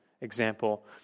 example